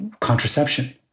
contraception